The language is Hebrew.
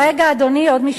רגע, אדוני, עוד משפט אחד.